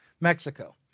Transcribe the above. Mexico